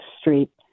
street